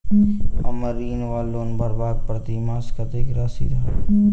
हम्मर ऋण वा लोन भरबाक प्रतिमास कत्तेक राशि रहत?